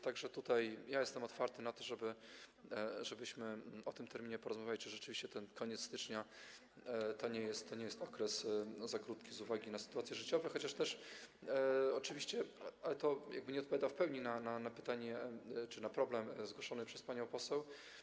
Tak że tutaj ja jestem otwarty na to, żebyśmy o tym terminie porozmawiali, czy rzeczywiście ten koniec stycznia to nie jest okres za krótki z uwagi na sytuacje życiowe, chociaż też oczywiście nie odpowiada to w pełni na pytanie czy na problem zgłoszony przez panią poseł.